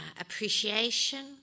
appreciation